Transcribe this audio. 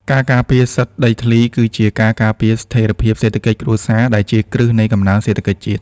ការការពារសិទ្ធិដីធ្លីគឺជាការការពារស្ថិរភាពសេដ្ឋកិច្ចគ្រួសារ ដែលជាគ្រឹះនៃកំណើនសេដ្ឋកិច្ចជាតិ។